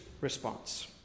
response